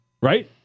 Right